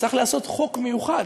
צריך לעשות חוק מיוחד,